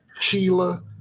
Sheila